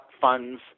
funds